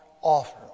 offer